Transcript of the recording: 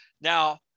now